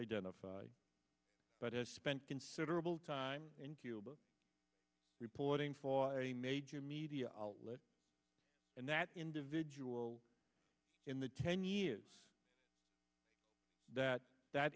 identify but as spent considerable time in cuba reporting for a major media outlet and that individual in the ten years that that